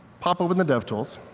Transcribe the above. pop open the devtools,